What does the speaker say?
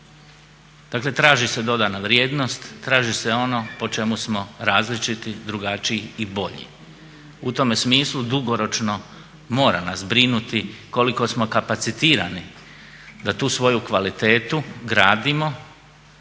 Dakle, traži se dodana vrijednost, traži se ono po čemu smo različiti, drugačiji i bolji. U tome smislu dugoročno mora nas brinuti koliko smo kapacitirani da tu svoju kvalitetu gradimo